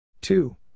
Two